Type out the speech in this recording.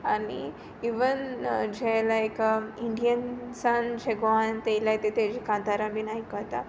आनी इवन जे लायक इंडियन सान जे गोंयांत येयल्याय ते तेजे कातारां बीन आयकोता